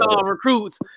recruits